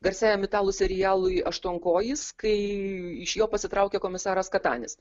garsiajam italų serialui aštuonkojis kai iš jo pasitraukė komisaras katanis